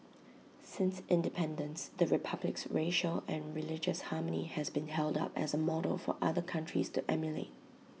since independence the republic's racial and religious harmony has been held up as A model for other countries to emulate